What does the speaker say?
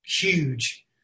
huge